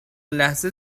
لحظه